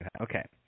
Okay